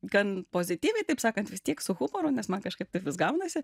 gan pozityviai taip sakant vis tiek su humoru nes man kažkaip gaunasi